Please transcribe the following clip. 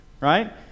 right